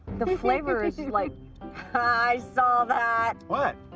the flavor is like i saw that. what?